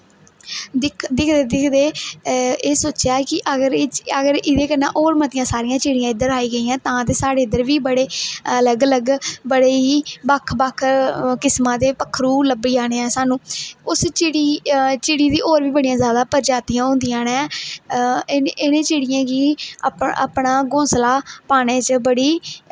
दिखदे दिखदे एह् सोचेआ हा कि अगर एह् चिड़ी अगर एहद कन्नै होर मत्तियां सारियां चिडियां इद्धर आई गेइयां तां साढ़े इद्धर बी बडे़ अलग अलग बडे़ ही बक्ख बक्ख किस्मा दे पक्खरु लब्भी जाने स्हानू उस चिड़ी गी चिड़ी दे ओर बड़ी ज्यादा प्रजातियां होंदियां ना इंहे चिडियें गी अपना घोंसला पाने च बड़ी